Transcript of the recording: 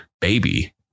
Baby